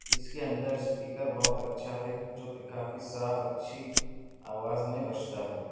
اس کے اندر اسپیکر بہت اچھا ہے جو کہ کافی صاف اچھی آواز میں بجتا ہے